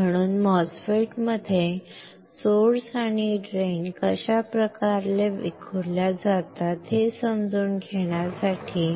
म्हणून MOSFET मध्ये source आणि ड्रेन कशा प्रकारे विखुरल्या जातात हे समजून घेण्यासाठी